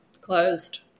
Closed